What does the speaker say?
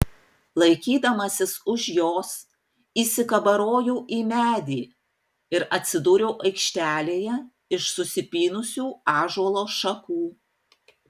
laikydamasis už jos įsikabarojau į medį ir atsidūriau aikštelėje iš susipynusių ąžuolo šakų